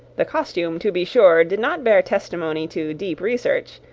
the costume, to be sure, did not bear testimony to deep research,